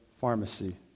pharmacy